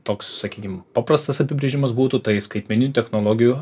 toks sakykim paprastas apibrėžimas būtų tai skaitmeninių technologijų